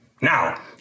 Now